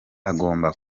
agomba